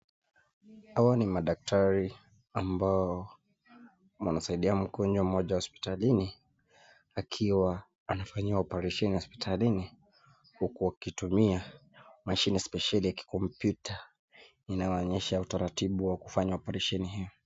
Hawa ni madaktari ambao wanasaidiana mgonjwa mmoja hospitalini akiwa anafanyiwa oparesheni hospitalini huku wakitumia mashine specieli ya kikompyuta inawaonyesha utaratibu wa kufanya oparesheni hii.